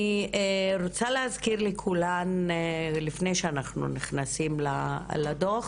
אני רוצה להזכיר לכולן לפני שאנחנו נכנסים לדו"ח